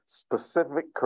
specific